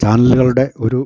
ചാനലുകളുടെ ഒരു